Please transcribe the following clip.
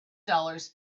dollars